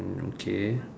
hmm okay